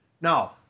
Now